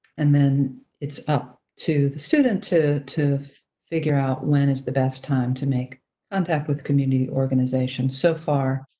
and then it's up to the student to to figure out when is the best time to make contact with community organization. so far,